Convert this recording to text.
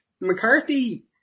McCarthy